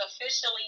officially